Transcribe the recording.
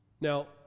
Now